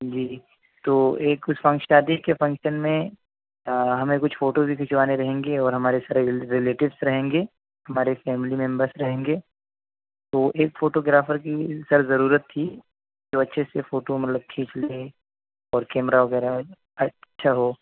جی جی تو ایک اس شادی کے فنکشن میں ہمیں کچھ فوٹو بھی کھنچوانے رہیں گے اور ہمارے سارے رلیٹوس رہیں گے ہمارے فیملی ممبرس رہیں گے تو ایک فوٹوگرافر کی سر ضرورت تھی جو اچھے سے فوٹو مطلب کھینچ لے اور کیمرہ وغیرہ اچھا ہو